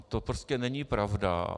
To prostě není pravda.